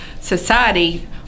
society